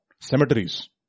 Cemeteries